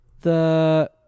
the-